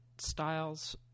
styles